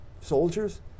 soldiers